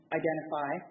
identify